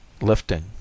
lifting